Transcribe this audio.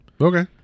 okay